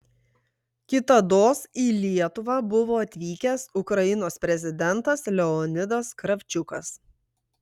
kitados į lietuvą buvo atvykęs ukrainos prezidentas leonidas kravčiukas